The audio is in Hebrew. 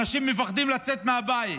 אנשים מפחדים לצאת מהבית,